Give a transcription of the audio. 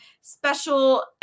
special